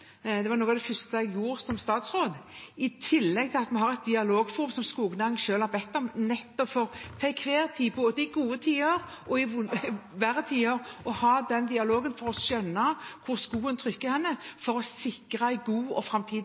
Det var noe av det første jeg gjorde som statsråd. I tillegg har vi et dialogforum, som skognæringen selv har bedt om, nettopp for til enhver tid, både i gode tider og i verre tider, å ha en dialog for å skjønne hvor skoen trykker, for å sikre en god og framtidig